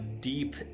deep